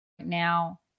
Now